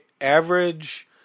average